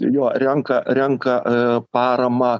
jo renka renka paramą